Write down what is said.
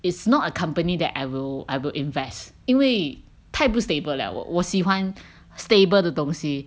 it's not a company that I will I will invest 因为太不 stable liao 我我喜欢 stable 的东西